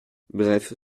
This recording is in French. bref